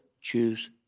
choose